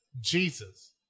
Jesus